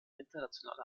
internationale